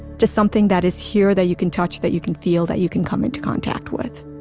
to something that is here that you can touch, that you can feel, that you can come into contact with